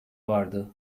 vardı